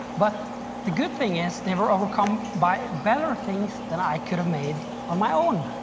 but the good thing is they were overcome by better things than i could've made on my own.